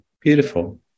beautiful